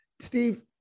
Steve